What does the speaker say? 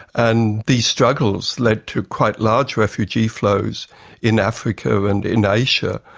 and these struggles led to quite large refugee flows in africa and in asia.